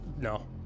no